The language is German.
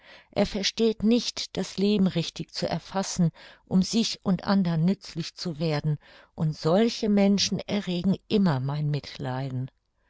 er versteht nicht das leben richtig zu erfassen um sich und andern nützlich zu werden und solche menschen erregen immer mein mitleiden